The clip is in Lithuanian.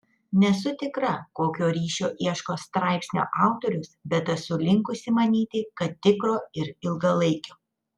nesu tikra kokio ryšio ieško straipsnio autorius bet esu linkusi manyti kad tikro ir ilgalaikio